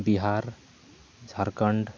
Bihar Jharkhand